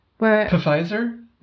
Pfizer